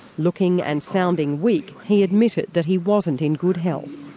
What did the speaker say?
looking and sounding weak, he admitted that he wasn't in good health.